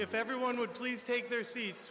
if everyone would please take their seats